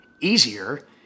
easier